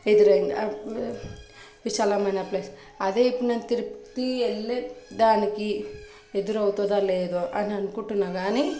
ఎదురయ్యింది విశాలమైన ప్లేస్ అదే ఇప్పుడు నేను తిరుపతి వెళ్ళే దానికి ఎదురవుతుందో లేదో అని అనుకుంటున్నా గానీ